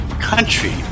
country